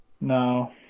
no